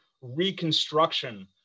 reconstruction